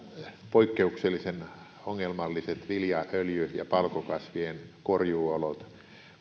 poikkeuksellisen ongelmalliset vilja öljy ja palkokasvien korjuuolot